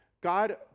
God